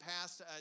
past